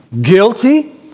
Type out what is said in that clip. Guilty